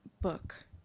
book